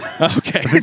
Okay